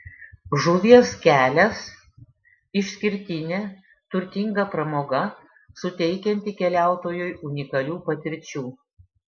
žuvies kelias išskirtinė turtinga pramoga suteikianti keliautojui unikalių patirčių